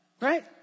Right